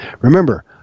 Remember